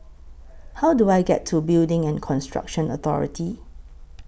How Do I get to Building and Construction Authority